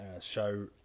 show